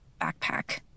backpack